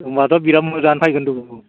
होनबाथ' बिराद मोजाङानो नायगोन र' बिखौ